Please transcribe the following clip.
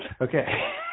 Okay